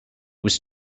was